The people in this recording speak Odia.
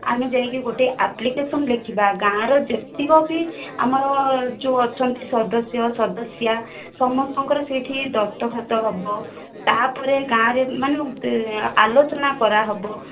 ଆମେ ଯାଇକି ଗୋଟିଏ ଆପ୍ଲିକେସନ ଲେଖିବା ଗାଁର ଯେତିକି ବି ଆମର ଯେଉଁ ଅଛନ୍ତି ସଦସ୍ୟ ସଦସ୍ୟା ସମସ୍ତଙ୍କର ସେହିଠି ଦସ୍ତଖତ ହେବ ତା'ପରେ ଗାଁରେ ମାନେ ଆଲୋଚନା କରାହେବ